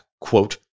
quote